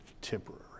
temporary